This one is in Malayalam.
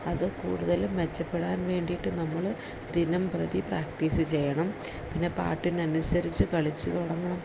അതു കൂടുതലും മെച്ചപ്പെടാൻ വേണ്ടിയിട്ട് നമ്മള് ദിനം പ്രതി പ്രാക്ടീസ് ചെയ്യണം പിന്നെ പാട്ടിനനുസരിച്ച് കളിച്ചു തുടങ്ങണം